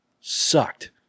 sucked